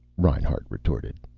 reinhart retorted.